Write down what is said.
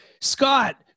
Scott